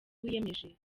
wiyemeje